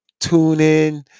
TuneIn